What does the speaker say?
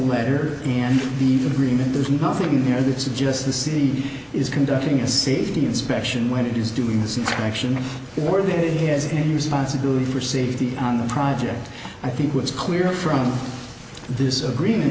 letter in the agreement there's nothing in there that suggests the city is conducting a safety inspection when it is doing this inspection in order that it has any responsibility for safety on the project i think was clear from this agreement